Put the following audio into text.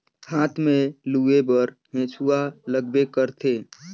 हाथ में लूए बर हेसुवा लगबे करथे